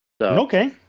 Okay